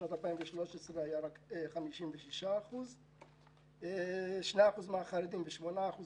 בשנת 2013 היו רק 56%. 2% מהחרדים ו-8%